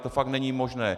To fakt není možné.